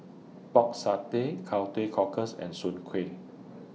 Pork Satay Cow Teow Cockles and Soon Kway